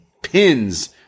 pins